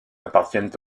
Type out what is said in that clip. appartiennent